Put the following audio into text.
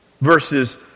verses